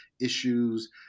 issues